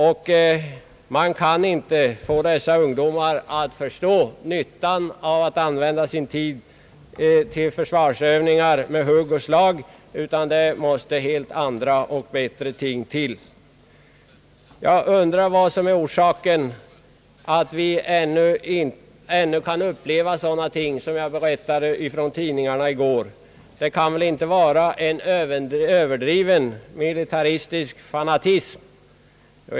Man kan inte med hugg och slag få dessa ungdomar att förstå nyttan av att använda sin tid till försvarsövningar, utan man måste använda helt andra och bättre metoder. Jag undrar vad som är orsaken till att vi ännu kan uppleva sådant som jag refererade från tidningarna i går. Det kan väl inte vara en överdriven miltaristisk fanatism?